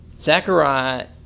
Zechariah